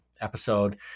episode